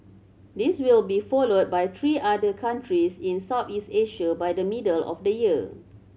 this will be followed by three other countries in Southeast Asia by the middle of the year